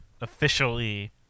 officially